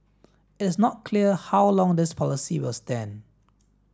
it's not clear how long this policy will stand